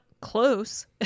close